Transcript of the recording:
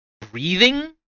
breathing